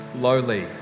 lowly